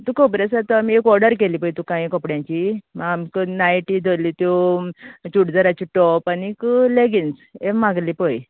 तुका खबर आसा आता आमी ऑर्डर केल्लें पय तुका हांये कपड्यांची नायटी धरल्यो त्यो चुडीदाराचे टोप आनीक लेगिंग्न्स हें मागलें पय